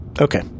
Okay